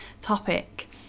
topic